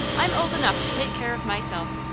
i'm old enough to take care of myself,